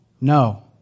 No